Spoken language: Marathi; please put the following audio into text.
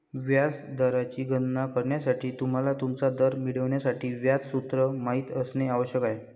व्याज दराची गणना करण्यासाठी, तुम्हाला तुमचा दर मिळवण्यासाठी व्याज सूत्र माहित असणे आवश्यक आहे